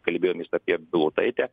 kalbėjomės apie bilotaitę